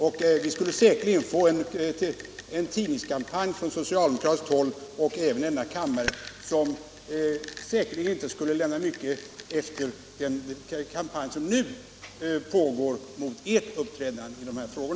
Det skulle säkerligen bli en tidningskampanj från socialdemokratiskt håll och en debatt i denna kammare som inte skulle stå den kampanj efter som nu pågår mot ert uppträdande i dessa frågor.